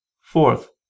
Fourth